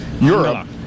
Europe